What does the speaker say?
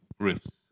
riffs